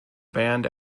band